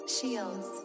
Shields